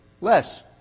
Less